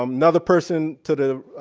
um another person to